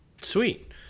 Sweet